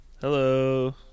Hello